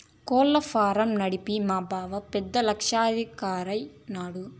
కోళ్ల ఫారం నడిపి మా బావ పెద్ద లక్షాధికారైన నాడు